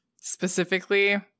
specifically